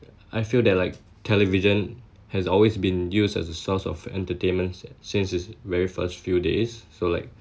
I feel that like television has always been used as a source of entertainments since its very first few days so like